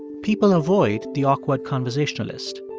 people avoid the awkward conversationalist.